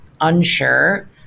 unsure